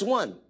one